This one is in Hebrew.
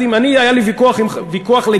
היה לי ויכוח לגיטימי,